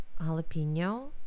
jalapeno